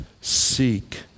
seek